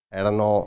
erano